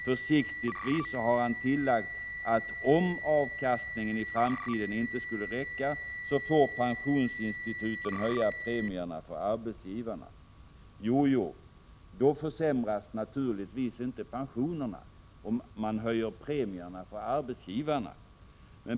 Försiktigtvis har han tillagt, att om avkastningen i framtiden inte skulle räcka, får pensionsinstituten höja premierna från arbetsgivarna. Jojo, då försämras naturligtvis inte pensionerna!